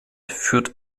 führt